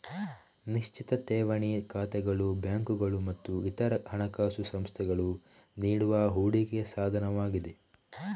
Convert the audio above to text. ನಿಶ್ಚಿತ ಠೇವಣಿ ಖಾತೆಗಳು ಬ್ಯಾಂಕುಗಳು ಮತ್ತು ಇತರ ಹಣಕಾಸು ಸಂಸ್ಥೆಗಳು ನೀಡುವ ಹೂಡಿಕೆ ಸಾಧನವಾಗಿದೆ